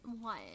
one